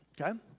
Okay